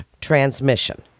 transmission